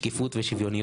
שקיפות ומרכזיות.